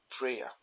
prayer